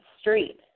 street